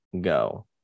go